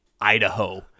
Idaho